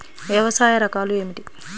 వ్యవసాయ రకాలు ఏమిటి?